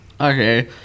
Okay